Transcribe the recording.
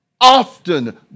often